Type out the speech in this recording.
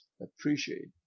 appreciate